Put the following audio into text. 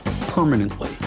Permanently